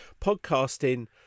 podcasting